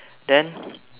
then